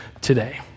today